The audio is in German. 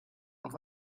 auf